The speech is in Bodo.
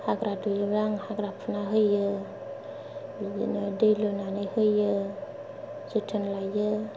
हाग्रा दुयोबा आं हाग्रा फुनानो होयो बिदिनो दै लुनानै होयो जोथोन लायो